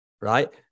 right